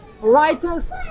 writers